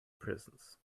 prisons